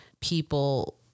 people